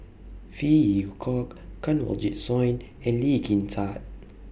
Phey Yew Kok Kanwaljit Soin and Lee Kin Tat